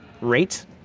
rate